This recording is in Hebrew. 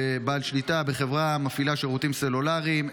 בעל שליטה בחברה המפעילה שירותים סלולריים.